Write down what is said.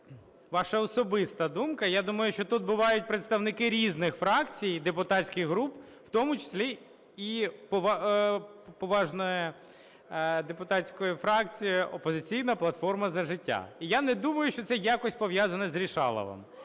ваша особиста думка. Я думаю, що тут бувають представники різних фракцій і депутатських груп, в тому числі і поважна депутатська фракція "Опозиційна платформа – За життя". І я не думаю, що це якось пов'язано "з рішаловом",